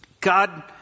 God